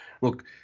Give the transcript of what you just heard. Look